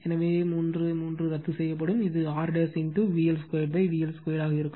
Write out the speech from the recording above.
எனவே 3 3 ரத்து செய்யப்படும் இது R VL 2 VL 2 ஆக இருக்கும்